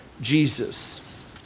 Jesus